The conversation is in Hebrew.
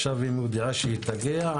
עכשיו היא מודיעה שהיא תגיע,